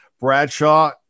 Bradshaw